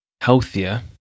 healthier